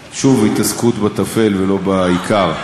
שוב, התעסקות בטפל ולא בעיקר.